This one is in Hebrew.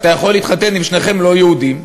אתה יכול להתחתן אם שניכם לא יהודים,